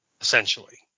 Essentially